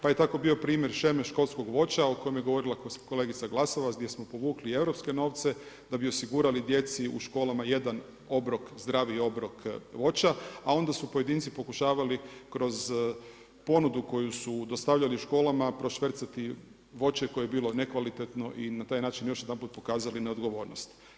Pa je tako bio primjer sheme školskog voća o kojemu je govorila kolegica Glasovac, gdje smo povukli europske novce, da bi osigurali djeci u školama jedan obrok, zdravi obrok voća, a onda su pojedinci pokušavali kroz ponudu koju su dostavljali školama prošvercati voće koje je bilo nekvalitetno i na taj način još jedanput pokazali neodgovornost.